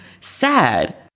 sad